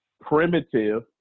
primitive